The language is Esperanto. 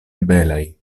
belaj